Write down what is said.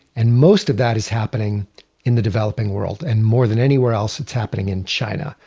and most of that is happening in the developing world. and more than anywhere else, it's happening in china.